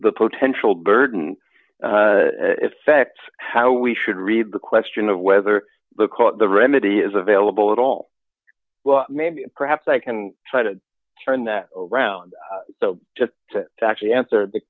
the potential burden effects how we should read the question of whether the court the remedy is available at all well maybe perhaps i can try to turn that around just to actually answer the